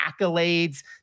accolades